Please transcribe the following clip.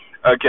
Okay